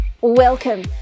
Welcome